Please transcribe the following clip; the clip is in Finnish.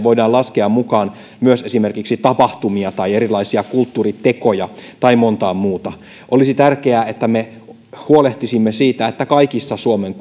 voidaan laskea mukaan myös esimerkiksi tapahtumia tai erilaisia kulttuuritekoja tai monta muuta olisi tärkeää että me huolehtisimme siitä että kaikissa suomen